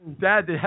Dad